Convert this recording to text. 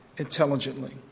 intelligently